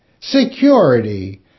security